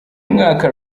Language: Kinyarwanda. mwaka